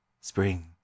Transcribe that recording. Spring